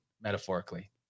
metaphorically